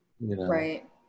Right